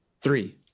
Three